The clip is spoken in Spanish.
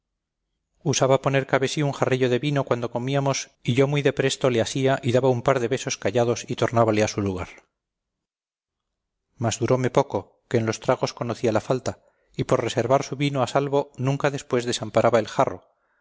usaba poner cabe sí un jarrillo de vino cuando comíamos y yo muy de presto le asía y daba un par de besos callados y tornábale a su lugar mas turóme poco que en los tragos conocía la falta y por reservar su vino a salvo nunca después desamparaba el jarro